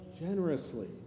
generously